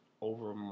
over